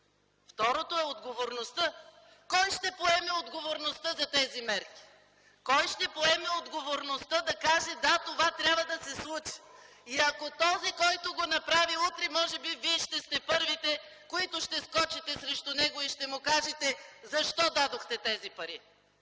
Второто е отговорността – кой ще поеме отговорността за тези мерки, кой ще поеме отговорността да каже: „Да, това трябва да се случи”. Този, който го направи, може би вие утре ще сте първите, които ще скочите срещу него и ще му кажете: „Защо дадохте тези пари”,